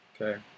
Okay